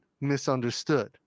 misunderstood